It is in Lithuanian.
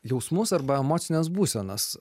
jausmus arba emocines būsenas